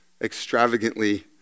extravagantly